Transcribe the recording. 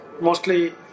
mostly